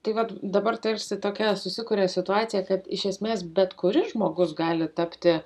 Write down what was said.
tai vat dabar tarsi tokia susikuria situacija kad iš esmės bet kuris žmogus gali tapti